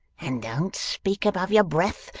and don't speak above your breath,